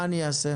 מה אני אעשה?